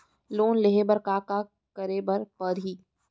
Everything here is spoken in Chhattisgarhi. लोन लेहे बर का का का करे बर परहि?